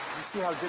you see how